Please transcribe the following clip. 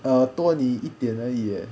uh 多你一点而已 eh